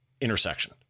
intersection